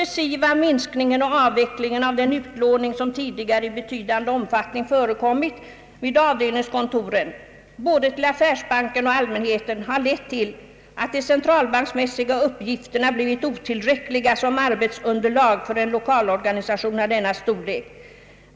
siva minskningen och avvecklingen av »den utlåning som tidigare i betydande omfattning förekommit vid avdelningskontoren både till affärsbankerna och allmänheten lett till att de centralbanksmässiga uppgifterna blivit otillräckliga som arbetsunderlag för en lokalorganisation av denna storlek.